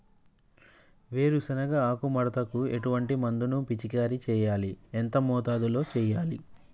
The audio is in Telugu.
వేరుశెనగ ఆకు ముడతకు ఎటువంటి మందును పిచికారీ చెయ్యాలి? ఎంత మోతాదులో చెయ్యాలి?